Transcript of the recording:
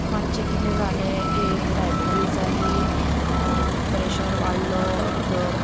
मातशें कितें जालें एक डायबेटीज जाली प्रेशर वाडलो धर